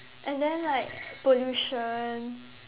and then like pollution